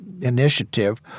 initiative